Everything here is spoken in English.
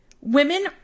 women